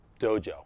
dojo